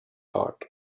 heart